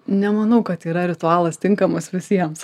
nemanau kad yra ritualas tinkamas visiems